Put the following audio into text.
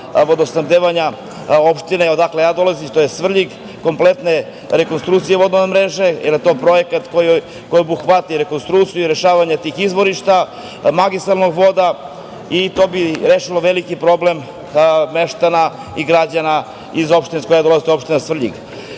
vodosnabdevanja opštine odakle ja dolazim tj. Svrljig, kompletne rekonstrukcije, vodovodne mreže i na tome projekat koji obuhvata rekonstrukciju i rešavanje tih izvorišta, magistralnih voda? To bi rešio veliki problem meštana i građana iz opštine koje ja dolazim, to je opština Svrljig. Druga